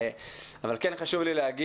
כן חשוב לי לומר